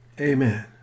Amen